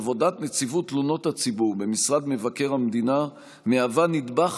עבודת נציבות תלונות הציבור במשרד מבקר המדינה מהווה נדבך